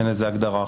אין לזה הגדרה אחרת.